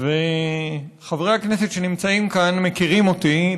חברי הכנסת שנמצאים כאן מכירים אותי,